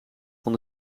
van